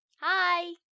Hi